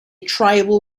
tribal